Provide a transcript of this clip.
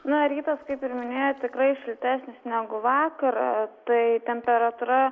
na rytas kaip ir minėjot tikrai šiltesnis negu vakar tai temperatūra